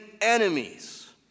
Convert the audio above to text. enemies